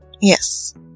Yes